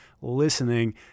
listening